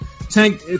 Tank